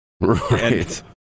Right